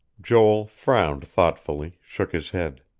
joel frowned thoughtfully, shook his head.